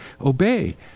Obey